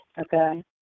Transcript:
Okay